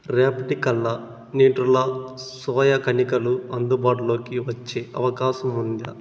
రేపటికల్లా న్యూట్రెలా సోయా కణికలు అందుబాటులోకి వచ్చే అవకాశం ఉందా